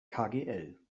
kgl